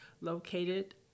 located